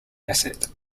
asset